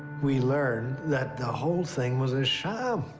we learned that the whole thing was a sham.